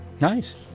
Nice